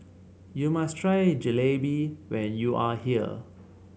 you must try Jalebi when you are here